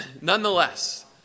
nonetheless